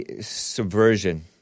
subversion